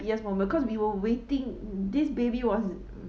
happiest moment cause we were waiting this baby was um